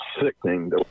sickening